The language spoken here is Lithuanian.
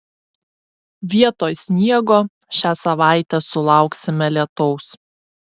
vietoj sniego šią savaitę sulauksime lietaus